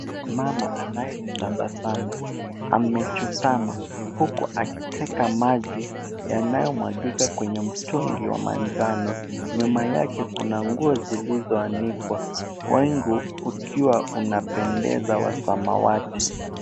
Mama anayetabasamu amechutamaa huku akiteka maji yanayo mwagika kwenye mtungi wa manjano. Nyuma yake kuna nguo zilizoanikwa. Wingu ukiwa unapendeza wa samawati.